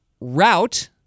route